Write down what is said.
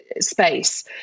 space